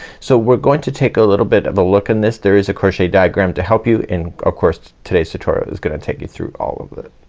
so we're going to take a little bit of a look in this. there is a crochet diagram to help you and of course today's tutorial is gonna take you through all of it.